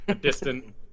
distant